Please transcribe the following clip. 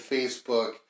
Facebook